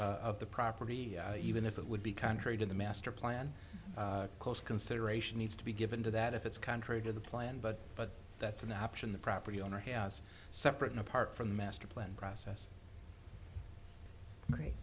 rezoning of the property even if it would be contrary to the master plan close consideration needs to be given to that if it's contrary to the plan but but that's an option the property owner has separate and apart from the master plan process